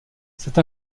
cette